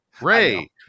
Ray